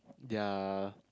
their